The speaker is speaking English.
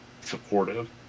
supportive